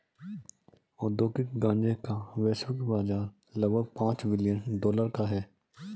औद्योगिक गांजे का वैश्विक बाजार लगभग पांच बिलियन डॉलर का है